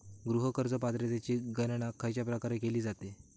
गृह कर्ज पात्रतेची गणना खयच्या प्रकारे केली जाते?